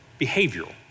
behavioral